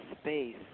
space